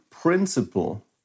principle